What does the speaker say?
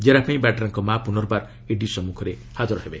ଜେରା ପାଇଁ ବାଡ୍ରାଙ୍କ ମା' ପୁନର୍ବାର ଇଡି ସମ୍ମୁଖରେ ହାଜର ହେବେ